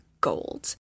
gold